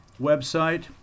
website